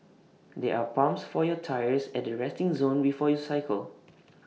there are pumps for your tyres at the resting zone before you cycle